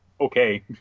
okay